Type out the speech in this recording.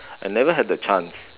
I've never had the chance